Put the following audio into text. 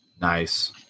Nice